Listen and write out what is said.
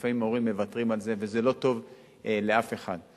לפעמים הורים מוותרים על זה, וזה לא טוב לאף אחד.